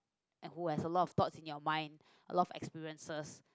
and who has a lot of thoughts in your mind a lot of experiences